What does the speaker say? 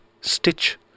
stitch